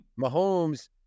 Mahomes